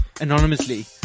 anonymously